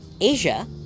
Asia